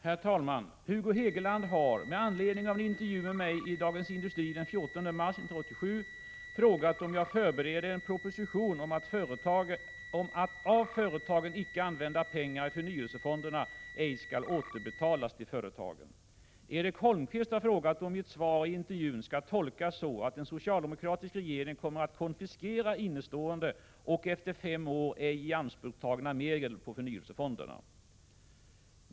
Herr talman! Hugo Hegeland har, med anledning av en intervju med mig i Dagens Industri den 14 mars 1987, frågat om jag förbereder en proposition om att av företagen icke använda pengar i förnyelsefonderna ej skall återbetalas till företagen. Erik Holmkvist har frågat om mitt svar i intervjun skall tolkas så att en socialdemokratisk regering kommer att konfiskera innestående — och efter fem år — ej ianspråktagna medel på förnyelsekonton.